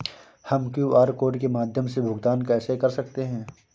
हम QR code के माध्यम से भुगतान कैसे कर सकते हैं?